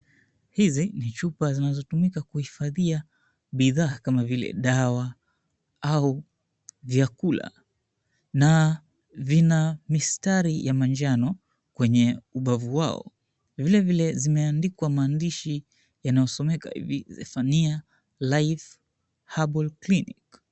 Hizi ni chupa zinazotumika kuhifadhia bidhaa kama vile dawa au vyakula na vina mistari ya manjano kwenye ubavu wao. Vile vile zimeandikwa maandishi yanayosomeka hivi, Zephania Life Herbal Clinic.